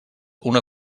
una